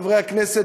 חברי הכנסת,